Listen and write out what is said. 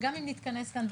וגם אם נתכנס כאן,